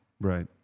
right